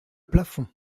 plafond